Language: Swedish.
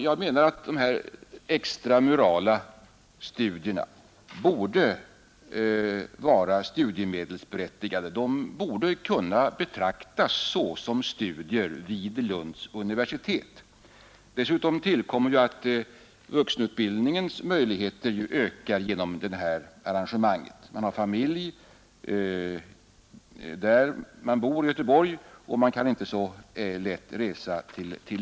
Jag menar att dessa extramurala studier borde vara studiemedelsberättigade. De horde kunna betraktas såsom studier vid Lunds universitet. Därtill kommer att vuxenutbildningens möjligheter ökas genom detta arrangemang. Man har familj i Göteborg där man bor, och man kan inte så lätt resa till Lund.